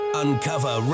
uncover